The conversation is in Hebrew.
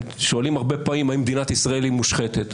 שואלים הרבה פעמים האם מדינת ישראל היא מושחתת.